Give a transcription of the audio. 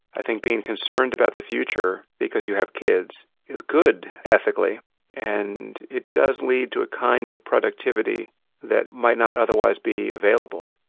i think being concerned about the future because you have kids is good ethically and it does lead to a kind of productivity that might not otherwise be available.